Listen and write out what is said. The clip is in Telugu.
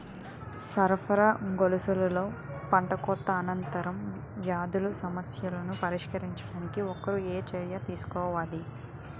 సరఫరా గొలుసులో పంటకోత అనంతర వ్యాధుల సమస్యలను పరిష్కరించడానికి ఒకరు ఏ చర్యలు తీసుకోవాలి?